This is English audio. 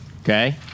okay